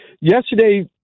yesterday